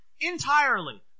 Entirely